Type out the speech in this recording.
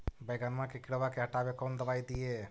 बैगनमा के किड़बा के हटाबे कौन दवाई दीए?